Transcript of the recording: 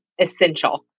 essential